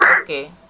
Okay